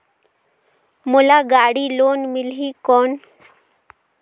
मोला गाड़ी लोन मिलही कौन?